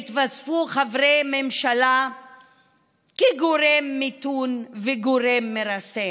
התווספו חברי ממשלה כגורם ממתן וגורם מרסן,